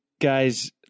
guys